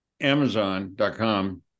amazon.com